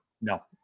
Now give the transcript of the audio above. No